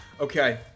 Okay